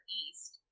east